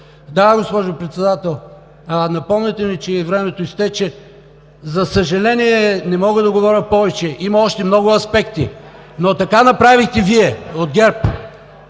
Да, госпожо Председател, напомняте ми, че времето изтече. За съжаление, не мога да говоря повече. Има още много аспекти, но така направихте Вие от ГЕРБ,